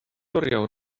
oriawr